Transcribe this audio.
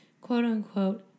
quote-unquote